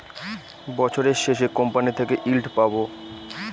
বছরের শেষে কোম্পানি থেকে ইল্ড পাবো